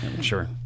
Sure